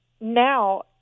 Now